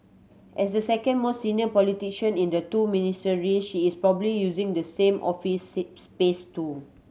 as the second most senior politician in the two Ministries she is probably using the same office space too